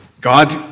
God